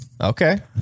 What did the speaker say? Okay